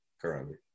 currently